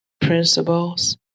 principles